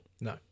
No